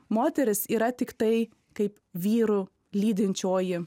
moterys yra tiktai kaip vyrų lydinčioji